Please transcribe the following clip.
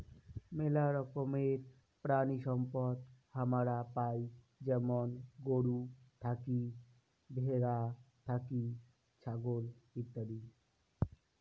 মেলা রকমের প্রাণিসম্পদ হামারা পাই যেমন গরু থাকি, ভ্যাড়া থাকি, ছাগল ইত্যাদি